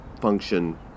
function